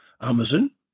Amazon